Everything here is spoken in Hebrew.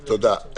תודה.